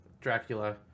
Dracula